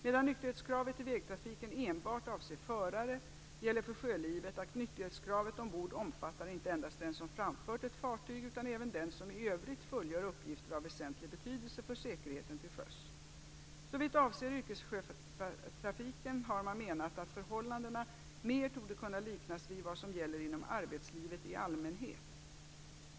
Medan nykterhetskravet i vägtrafiken enbart avser förare, gäller för sjölivet att nykterhetskravet ombord omfattar inte endast den som framför ett fartyg utan även den som i övrigt fullgör uppgift av väsentlig betydelse för säkerheten till sjöss. Såvitt avser yrkessjötrafiken har man menat att förhållandena mer torde kunna liknas vid vad som gäller inom arbetslivet i allmänhet.